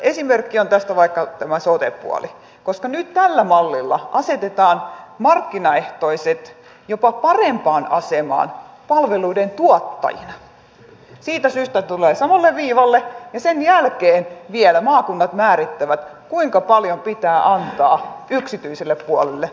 esimerkki on tästä vaikka tämä sote puoli koska nyt tällä mallilla asetetaan markkinaehtoiset jopa parempaan asemaan palveluiden tuottajina siitä syystä tulevat samalle viivalla ja sen jälkeen vielä maakunnat määrittävät kuinka paljon pitää antaa yksityiselle puolelle joka tapauksessa